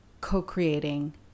co-creating